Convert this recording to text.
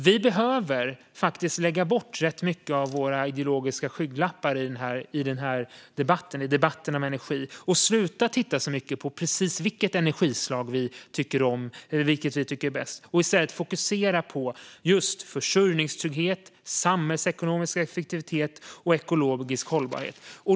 Vi behöver faktiskt lägga bort rätt mycket av våra ideologiska skygglappar i debatten om energi och sluta titta så mycket på precis vilket energislag som vi tycker är bäst och i stället fokusera på just försörjningstrygghet, samhällsekonomisk effektivitet och ekologisk hållbarhet.